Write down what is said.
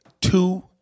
two